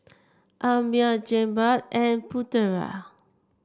Ammir Jenab and Putera